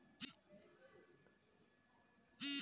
नगरपालिका बांड पर ब्याज के भुगतान सामान्यतः छह महीना पर होइ छै